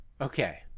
Okay